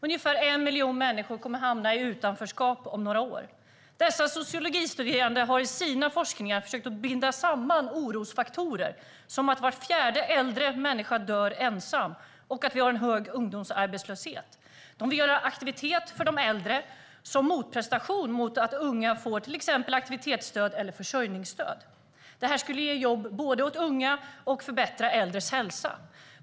Ungefär 1 miljon människor kommer att hamna i utanförskap om några år. Dessa sociologistuderande har i sin forskning försökt binda samman orosfaktorer som att var fjärde äldre människa dör ensam och att vi har hög ungdomsarbetslöshet. De vill skapa aktiviteter för de äldre som motprestation mot att unga får till exempel aktivitets eller försörjningsstöd. Det skulle både ge jobb åt unga och förbättra äldres hälsa.